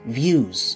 views